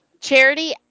Charity